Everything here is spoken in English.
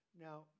now